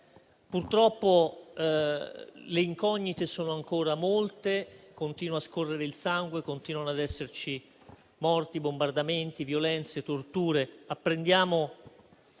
Purtroppo, le incognite sono ancora molte. Continua a scorrere il sangue e continuano ad esserci morti, bombardamenti, violenze, torture. Apprendiamo